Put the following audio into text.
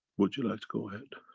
would you like to go ahead?